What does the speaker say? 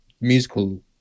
musical